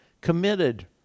committed